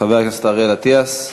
חבר הכנסת אריאל אטיאס,